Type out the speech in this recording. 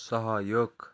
सहयोग